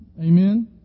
Amen